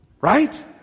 Right